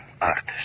artist